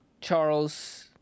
Charles